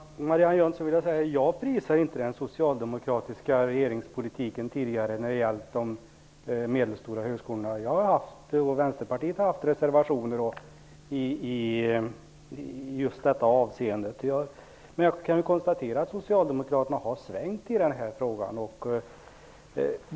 Herr talman! Till Marianne Jönsson vill jag säga att jag inte har prisat den tidigare socialdemokratiska regeringspolitiken när det har gällt de medelstora högskolorna. Vänsterpartiet har haft reservationer i just detta avseende. Men jag kan konstatera att Socialdemokraterna har svängt i frågan.